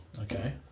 okay